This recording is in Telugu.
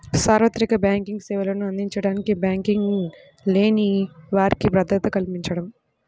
సార్వత్రిక బ్యాంకింగ్ సేవలను అందించడానికి బ్యాంకింగ్ లేని వారికి భద్రత కల్పించడం